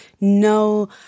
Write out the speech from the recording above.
no